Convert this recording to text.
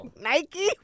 Nike